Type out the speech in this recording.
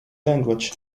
language